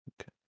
okay